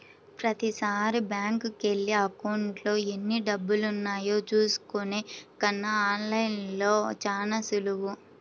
ప్రతీసారీ బ్యేంకుకెళ్ళి అకౌంట్లో ఎన్నిడబ్బులున్నాయో చూసుకునే కన్నా ఆన్ లైన్లో చానా సులువు